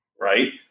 right